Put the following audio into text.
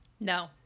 No